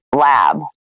lab